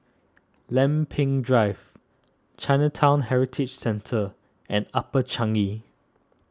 Lempeng Drive Chinatown Heritage Centre and Upper Changi